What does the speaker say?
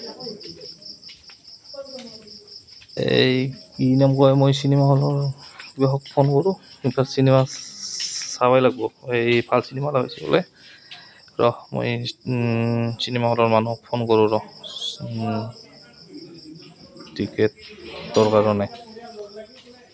এই কি নাম কয় মই চিনেমা হলৰ ফোন কৰোঁ চিনেমা চাবই লাগিব এই ভাল চিনেমা লাগিছে বোলে ৰহ মই চিনেমা হলৰ মানুহক ফোন কৰোঁ ৰহ টিকেটটোৰ কাৰণে